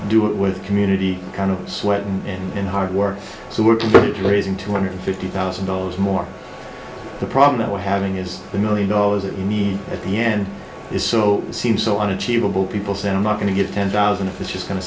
do it with community kind of sweat and in hard work so we're committed to raising two hundred fifty thousand dollars more the problem that we're having is the million dollars that we need at the end is so seems so unachievable people say i'm not going to get ten thousand if it's just go